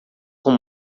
com